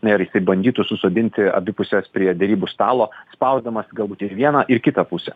na ir jis bandytų susodinti abi puses prie derybų stalo spausdamas galbūt ir vieną ir kitą pusę